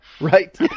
Right